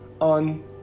on